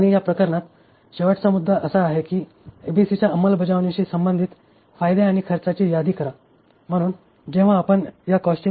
आणि या प्रकरणातील शेवटचा मुद्दा असा आहे की एबीसीच्या अंमलबजावणीशी संबंधित फायदे आणि खर्चाची यादी करा